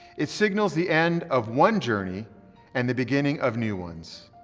it signals the end of one journey and the beginning of new ones.